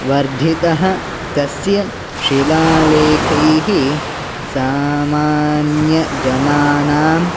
वर्धितः तस्य शिलालेखैः सामान्यजनानां